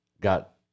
got